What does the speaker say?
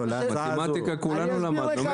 אני חושב --- מתמטיקה כולנו למדנו.